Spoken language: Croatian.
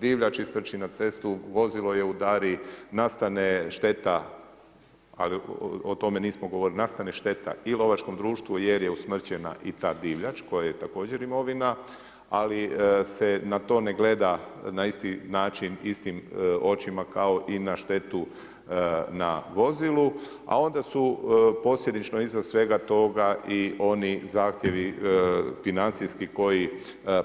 Divljač istrči na cestu, vozilo je udari, nastane šteta, ali o tome nismo govorili, nastane šteta i lovačkom društvu jer je usmrćena i ta divljač koja je također imovina, ali se na to ne gleda na isti način, istim očima kao i na štetu na vozilu, a onda su posljedično iznad svega toga i oni zahtjevi, financijski koji